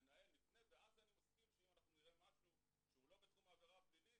וננהל אותו ואז אני מסכים שאם נראה משהו שהוא לא בתחום העבירה הפלילית